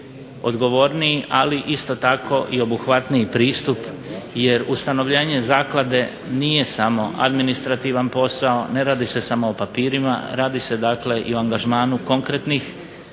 odgovorniji ali isto tako i obuhvatniji pristup jer ustanovljenje zaklade nije samo administrativan posao, ne radi se samo o papirima, radi se dakle i o angažmanu konkretnih ali